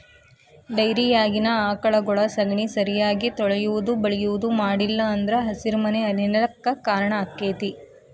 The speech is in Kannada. ಡೈರಿಯಾಗಿನ ಆಕಳಗೊಳ ಸಗಣಿ ಸರಿಯಾಗಿ ತೊಳಿಯುದು ಬಳಿಯುದು ಮಾಡ್ಲಿಲ್ಲ ಅಂದ್ರ ಹಸಿರುಮನೆ ಅನಿಲ ಕ್ಕ್ ಕಾರಣ ಆಕ್ಕೆತಿ